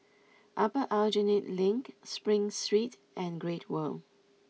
Upper Aljunied Link Spring Street and Great World